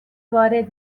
وارد